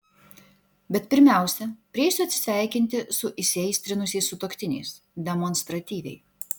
bet pirmiausia prieisiu atsisveikinti su įsiaistrinusiais sutuoktiniais demonstratyviai